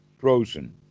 frozen